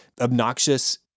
obnoxious